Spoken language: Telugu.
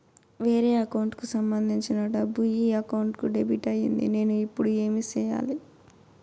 వేరే అకౌంట్ కు సంబంధించిన డబ్బు ఈ అకౌంట్ కు డెబిట్ అయింది నేను ఇప్పుడు ఏమి సేయాలి